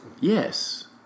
Yes